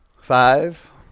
Five